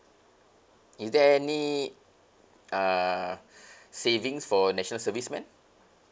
is there any uh savings for national service men